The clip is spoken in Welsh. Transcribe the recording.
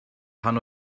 pan